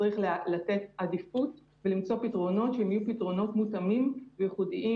צריך לתת עדיפות ולמצוא פתרונות מותאמים וייחודיים